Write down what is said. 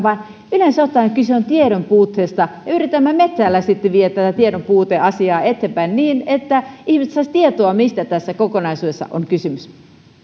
yleensä ottaen kyse on tiedonpuutteesta ja yrittäkäämme me täällä sitten viedä tätä tiedonpuuteasiaa eteenpäin niin että ihmiset saisivat tietoa mistä tässä kokonaisuudessa on kysymys